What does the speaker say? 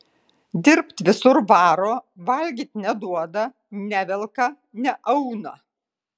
dirbt visur varo valgyt neduoda nevelka neauna